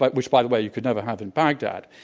but which, by the way, you could never have in baghdad.